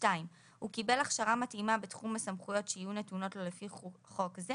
(2)הוא קיבל הכשרה מתאימה בתחום הסמכויות שיהיו נתונות לו לפי חוק זה,